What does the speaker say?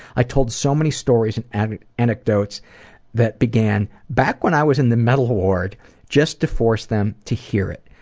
i told so many stories and and anecdotes that began, back when i was in the mental ward just to force them to hear it.